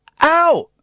out